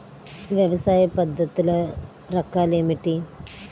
వ్యవసాయ పద్ధతులు రకాలు ఏమిటి?